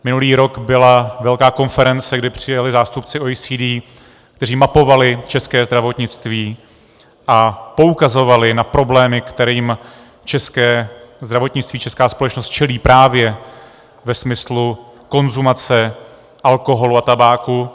Minulý rok byla velká konference, kdy přijeli zástupci OECD, kteří mapovali české zdravotnictví a poukazovali na problémy, kterým české zdravotnictví, česká společnost čelí právě ve smyslu konzumace alkoholu a tabáku.